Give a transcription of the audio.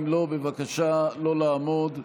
אם לא, בבקשה לא לעמוד.